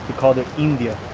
called her india